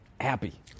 happy